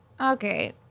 okay